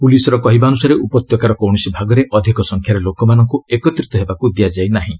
ପୁଲିସର କହିବାନୁସାରେ ଉପତ୍ୟକାର କୌଣସି ଭାଗରେ ଅଧିକ ସଂଖ୍ୟାରେ ଲୋକମାନଙ୍କୁ ଏକତ୍ରିତ ହେବାକୁ ଦିଆଯାଇନାହିଁ